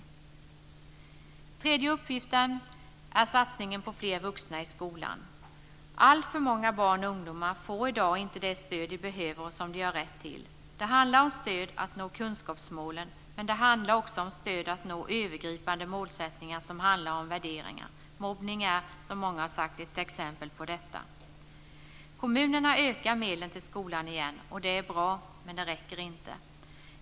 Den tredje uppgiften är satsningen på fler vuxna i skolan. Alltför många barn och ungdomar får i dag inte det stöd de behöver och som de har rätt till. Det handlar om stöd för att nå kunskapsmålen, men det handlar också om stöd för att nå övergripande målsättningar som handlar om värderingar. Mobbning är som många sagt ett exempel på detta. Kommunerna ökar medlen till skolan igen och det är bra. Men det räcker inte.